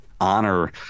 honor